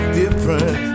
different